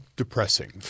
Depressing